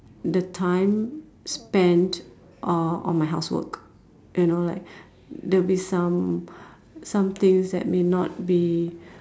the time spent on on my housework you know like there'll be some some things that may not be